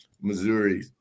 Missouri